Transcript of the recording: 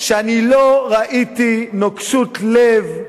ולהגיד שאני לא ראיתי נוקשות לב,